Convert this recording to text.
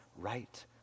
right